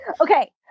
Okay